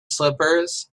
slippers